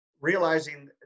Realizing